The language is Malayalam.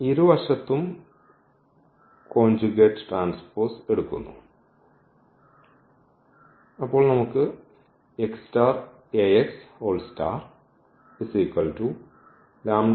ഇരുവശത്തും കോഞ്ചുഗേറ്റ് ട്രാൻസ്പോസ് എടുക്കുന്നു since